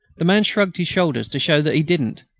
the man shrugged his shoulders to show that he didn't,